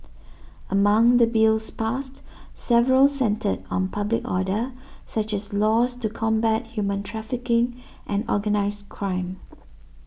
among the Bills passed several centred on public order such as laws to combat human trafficking and organised crime